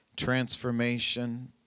Transformation